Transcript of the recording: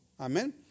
amen